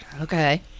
Okay